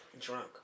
Drunk